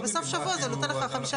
אבל היום מדובר פה רק לתרופות חדשות